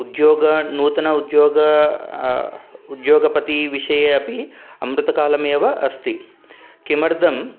उद्योगः नूतनः उद्योगः उद्योगपतिविषये अपि अमृतकालमेव अस्ति किमर्थम्